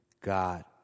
God